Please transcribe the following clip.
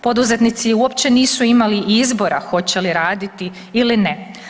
Poduzetnici uopće nisu imali izbora hoće li raditi ili ne.